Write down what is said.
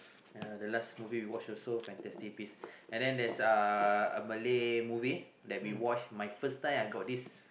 uh the last movie we watch also fantastic beast and then there's uh a Malay movie that we watch my first time I got this